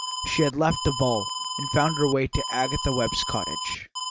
she had left the ball and found her way to agatha webb's cottage.